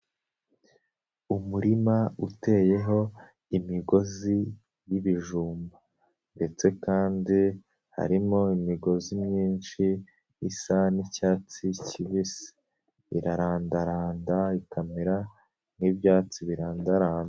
Umurima uteyeho imigozi y'ibijumba ndetse kandi harimo imigozi myinshi, isa n'icyatsi kibisi. Irarandaranda, ikamera nk'ibyatsi birandara.